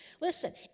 Listen